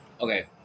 Okay